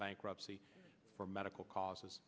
bankruptcy for medical cause